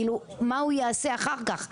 כלומר מה הוא יעשה אחר כך?